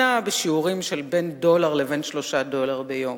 היא נעה בשיעורים של בין דולר לבין 3 דולר ליום.